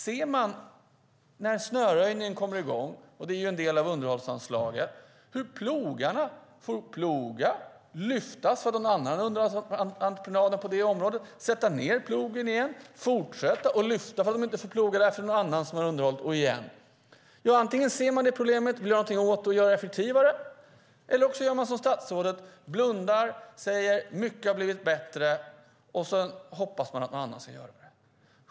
Ser man hur det är när snöröjningen kommer i gång? Det är ju en del av underhållsanslaget. Plogarna får ploga och sedan lyfta plogen för att någon annan har underhållsentreprenaden på det området. De sätter ned plogen och fortsätter. Sedan får de lyfta den igen för att de inte får ploga för att det är någon annan som har underhållet och så vidare. Antingen ser man det problemet, vill göra någonting åt det och vill göra detta effektivare, eller så gör man som statsrådet, blundar och säger att mycket har blivit bättre, och så hoppas man att någon annan ska göra det.